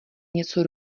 něco